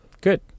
Good